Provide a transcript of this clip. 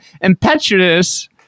impetuous